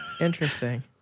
Interesting